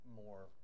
more